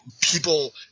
people